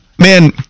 Man